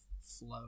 Flow